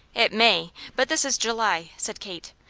it may, but this is july, said kate.